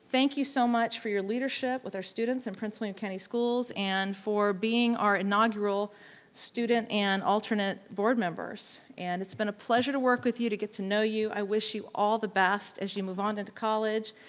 thank you so much for your leadership with our students in prince william county schools. and for being our inaugural student and alternate board members. and it's been a pleasure to work with you, to get to know you, i wish you all the best as you move on into college.